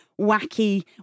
wacky